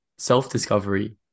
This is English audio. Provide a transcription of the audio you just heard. Self-discovery